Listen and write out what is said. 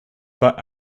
but